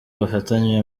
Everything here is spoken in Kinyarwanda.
bafatanywe